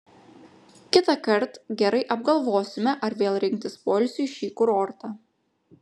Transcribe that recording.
kitąkart gerai apgalvosime ar vėl rinktis poilsiui šį kurortą